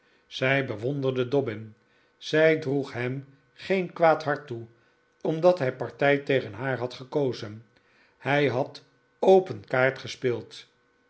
zij bewonderde dobbin zij droeg hem geen kwaad hart toe omdat hij partij tegen haar had gekozen hij had open kaart gespeeld